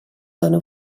dono